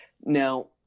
now